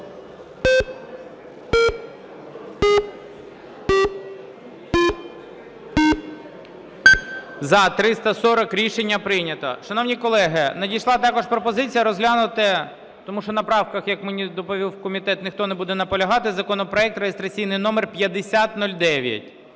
За-340 Рішення прийнято. Шановні колеги, надійшла також пропозиція розглянути, тому що на правках, як мені доповів комітет, ніхто не буде наполягати, законопроект реєстраційний номер 5009.